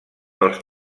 els